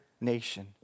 nation